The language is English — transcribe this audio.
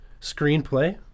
screenplay